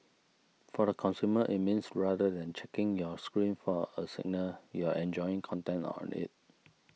for the consumer it means rather than checking your screen for a signal you're enjoying content on it